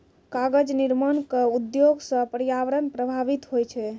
कागज निर्माण क उद्योग सँ पर्यावरण प्रभावित होय छै